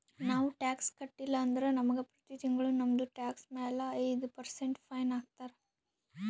ನಾವು ಟ್ಯಾಕ್ಸ್ ಕಟ್ಟಿಲ್ಲ ಅಂದುರ್ ನಮುಗ ಪ್ರತಿ ತಿಂಗುಳ ನಮ್ದು ಟ್ಯಾಕ್ಸ್ ಮ್ಯಾಲ ಐಯ್ದ ಪರ್ಸೆಂಟ್ ಫೈನ್ ಹಾಕ್ತಾರ್